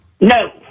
No